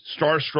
Starstruck